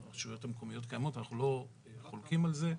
הרשויות המקומית קיימות, אנחנו לא חולקים על זה,